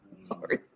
Sorry